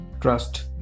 trust